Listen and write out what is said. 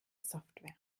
software